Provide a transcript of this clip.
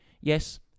Yes